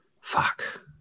Fuck